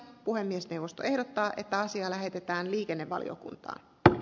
puhemiesneuvosto ehdottaa että asia lähetetään liikennevaliokunta kävi